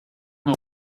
nos